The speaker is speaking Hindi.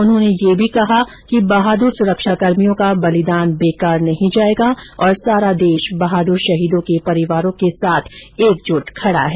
उन्होंने यह भी कहा कि बहादुर सुरक्षाकर्मियों का बलिदान बेकार नहीं जायेगा और सारा देश बहादुर शहीदों के परिवारों के साथ एकजुट खड़ा है